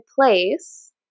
place